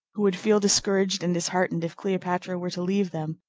who would feel discouraged and disheartened if cleopatra were to leave them,